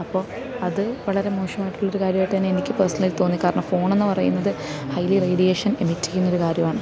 അപ്പോൾ അതു വളരെ മോശമായിട്ടുള്ളൊരു കാര്യമായിട്ടു തന്നെയാണ് എനിക്ക് പേർസണലി തോന്നിയത് കാരണം ഫോണെന്നു പറയുന്നത് ഹൈലി റേഡിയേഷൻ എമിറ്റ് ചെയ്യുന്നൊരു കാര്യമാണ്